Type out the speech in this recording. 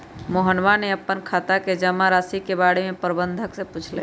मोहनवा ने अपन खाता के जमा राशि के बारें में प्रबंधक से पूछलय